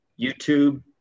YouTube